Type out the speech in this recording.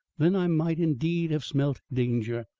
then i might indeed have smelt danger.